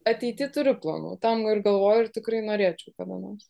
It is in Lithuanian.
ateity turiu planų tam ir galvoju ir tikrai norėčiau kada nors